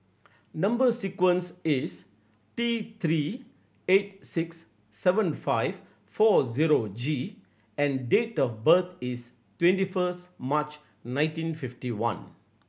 number sequence is T Three eight six seven five four zero G and date of birth is twenty first March nineteen fifty one